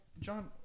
John